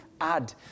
add